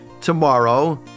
tomorrow